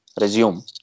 resume